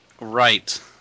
Right